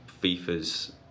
FIFA's